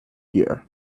here